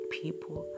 people